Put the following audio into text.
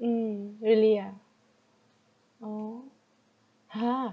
mm really ah oh !huh!